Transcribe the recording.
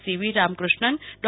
સીવી Ramakrishnan ડો